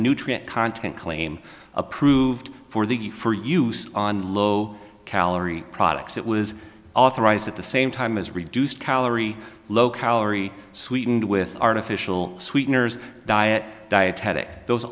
nutrient content claim approved for the for use on low calorie products it was authorized at the same time as reduced calorie low calorie sweetened with artificial sweeteners diet dietetic those